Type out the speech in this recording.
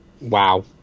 wow